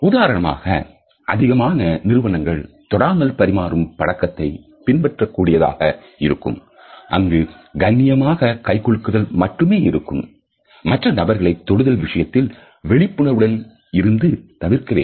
உதாரணமாக அதிகமான நிறுவனங்கள் தொடாமல் பரிமாறும் பழக்கத்தை பின்பற்றக் கூடியதாக இருக்கும் அங்கு கண்ணியமாக கை குலுக்குதல் மட்டுமே இருக்கும் மற்ற நபர்களை தொடுதல் விஷயத்தில் விழிப்புணர்வுடன் இருந்து தவிர்க்க வேண்டும்